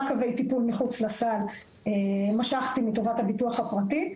קווי טיפול מחוץ לסל משכתי מטובת הביטוח הפרטי,